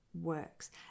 works